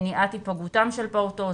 מניעת היפגעותם של פעוטות,